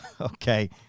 Okay